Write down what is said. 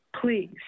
please